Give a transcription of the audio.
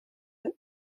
île